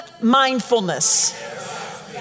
mindfulness